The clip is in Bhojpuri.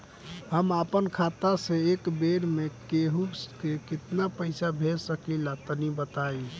हम आपन खाता से एक बेर मे केंहू के केतना पईसा भेज सकिला तनि बताईं?